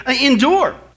endure